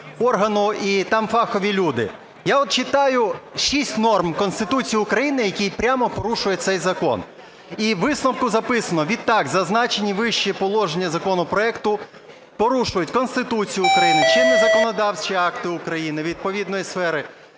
органу і там фахові люди. Я от читаю шість норм Конституції України, які прямо порушує цей закон. І у висновку записано: "Відтак зазначені вище положення законопроекту порушують Конституцію України, чинні законодавчі акти України відповідної сфери,